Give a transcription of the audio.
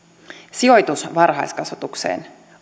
sijoitus varhaiskasvatukseen